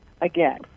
again